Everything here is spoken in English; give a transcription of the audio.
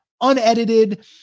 unedited